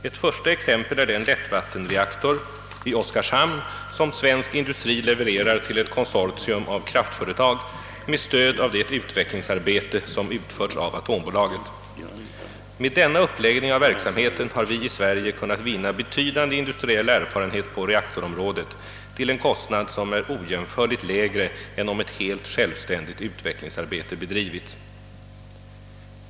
Ett första exempel är den lättvattenreaktor i Oskarshamn som svensk industri levererar till ett konsortium av kraftföretag med stöd av det utvecklingsarbete som utförs av atombolaget. Med denna uppläggning av verksamheten har vi i Sverige kunnat vinna betydande industriell erfarenhet på reaktorområdet till en kostnad, som är ojämförligt lägre än om ett helt självständigt utvecklingsarbete bedrivits.